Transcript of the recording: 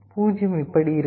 0 இப்படி இருக்கும்